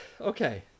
okay